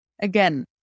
again